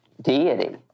deity